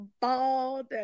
bald